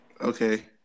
Okay